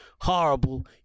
horrible